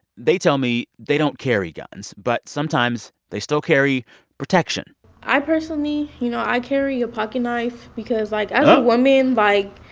they tell me they don't carry guns. but sometimes they still carry protection i personally you know, i carry a pocket knife because, like, as a woman, like,